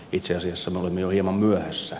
itse asiassa me olemme jo hieman myöhässä